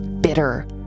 Bitter